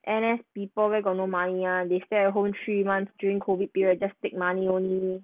N_S people where got no money [one] they stay at home three months during COVID period just take money only